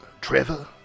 Trevor